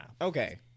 okay